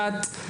דת,